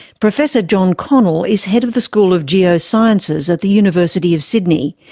professor john connell is head of the school of geosciences at the university of sydney.